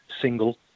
single